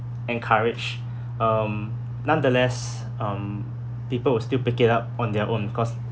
encourage um nonetheless um people will still pick it up on their own because